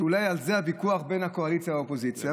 ואולי על זה הוויכוח בין הקואליציה לאופוזיציה,